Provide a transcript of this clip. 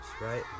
right